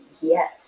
yes